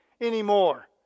anymore